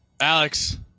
alex